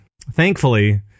thankfully